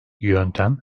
yöntem